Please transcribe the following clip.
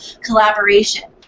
collaboration